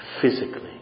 Physically